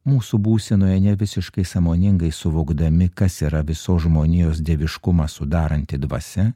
mūsų būsenoje ne visiškai sąmoningai suvokdami kas yra visos žmonijos dieviškumą sudaranti dvasia